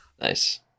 Nice